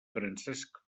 francesc